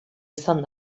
izan